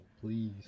Please